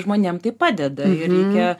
žmonėms tai padeda ir reikia